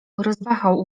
rozwahał